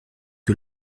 que